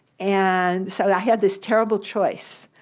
and so i had this terrible choice.